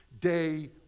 day